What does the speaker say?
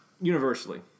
universally